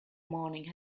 morning